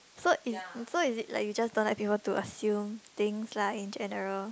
so is so is it like you just don't like people to assume things lah in general